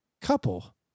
couple